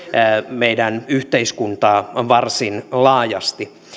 meidän yhteiskuntaamme varsin laajasti